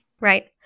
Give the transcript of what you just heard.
Right